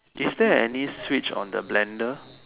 is there any switch on the blender